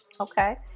okay